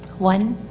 one,